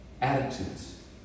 attitudes